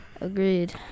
Agreed